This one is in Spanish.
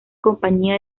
compañía